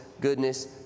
goodness